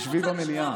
תשבי במליאה.